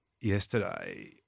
yesterday